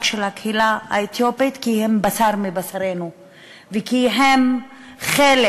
של הקהילה האתיופית כי הם בשר מבשרנו והם חלק